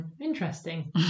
interesting